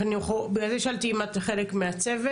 בגלל זה שאלתי אם את חלק מהצוות,